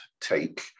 take